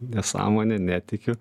nesąmonė netikiu